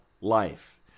life